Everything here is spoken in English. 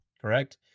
correct